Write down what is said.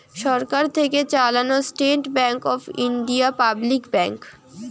সরকার থেকে চালানো state bank of India public bank